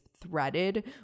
threaded